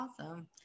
awesome